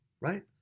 right